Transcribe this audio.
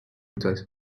whisky